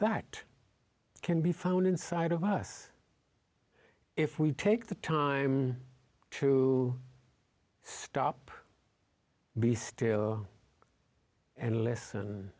at can be found inside of us if we take the time to stop be still and listen